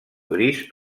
gris